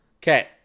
Okay